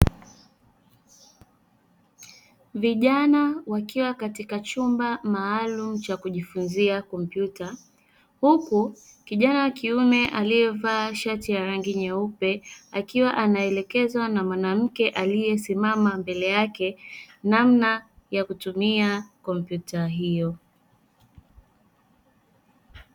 Vijana wakiwa katika chumba maalumu cha kujifunzia kompyuta, huku kijana wa kiume aliyevaa shati ya rangi nyeupe, akiwa amevalia akiwa anaelekezwa na mwanamke aliyesimama mbele yake namna ya kutumia kompyuta hiyo.